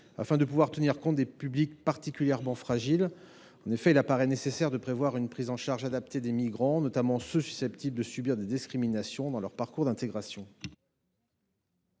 afin de pouvoir tenir compte des publics particulièrement fragiles. En effet, il paraît nécessaire de prévoir une prise en charge adaptée des migrants et notamment de ceux qui sont susceptibles de subir des discriminations dans leur parcours d’intégration.